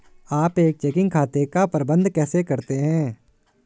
आप एक चेकिंग खाते का प्रबंधन कैसे करते हैं?